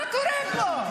מה קורה פה?